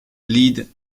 lead